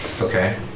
Okay